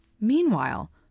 Meanwhile